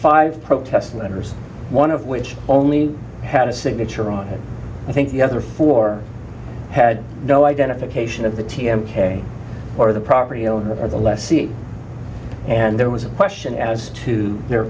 five protest letters one of which only had a signature on it i think the other four had no identification of the t m k or the property owner of the lessee and there was a question as to their